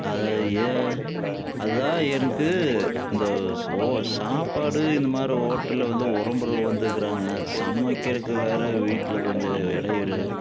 அதான் எனக்கு இந்த சோ சாப்பாடு இந்த மாதிரி ஹோட்டலில் வந்து ஒறவுமுற வந்திருக்குறாங்க சமைக்கிறக்கு வேறு வீட்டில் கொஞ்சம் இடையூறு